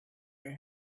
your